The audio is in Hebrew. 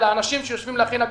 ולאנשים שיושבים להכין.